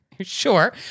Sure